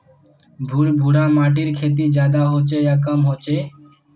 भुर भुरा माटिर खेती ज्यादा होचे या कम होचए?